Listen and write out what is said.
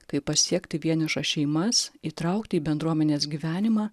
kaip pasiekti vienišas šeimas įtraukti į bendruomenės gyvenimą